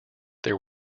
there